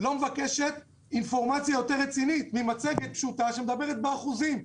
לא מבקשת אינפורמציה יותר רצינית מאשר מצגת פשוטה שמדברת באחוזים.